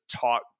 taught